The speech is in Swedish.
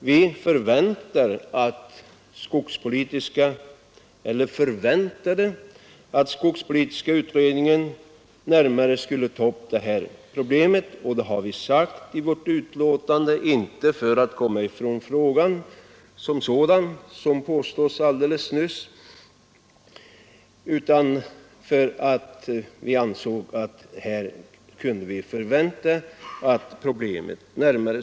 Vi har i utskottets betänkande sagt att vi förväntade att skogspolitiska utredningen tar upp detta problem, och vi har inte sagt det bara för att komma ifrån hela frågan, vilket här alldeles nyss påstods, utan vi förutsatte bara att problemet skulle komma att belysas närmare.